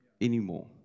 anymore